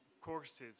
courses